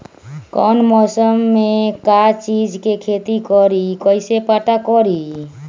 कौन मौसम में का चीज़ के खेती करी कईसे पता करी?